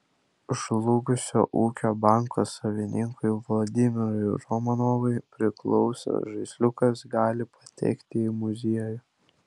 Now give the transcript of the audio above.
žlugusio ūkio banko savininkui vladimirui romanovui priklausęs žaisliukas gali patekti į muziejų